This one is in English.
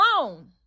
alone